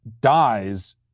dies